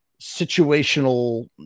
situational